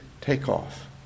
takeoff